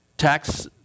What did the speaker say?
tax